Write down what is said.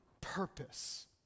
purpose